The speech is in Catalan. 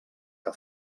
que